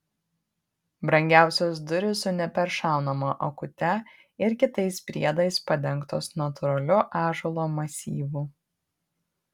brangiausios durys su neperšaunama akute ir kitais priedais padengtos natūraliu ąžuolo masyvu